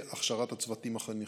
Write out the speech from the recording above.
הכשרת הצוותים החינוכיים.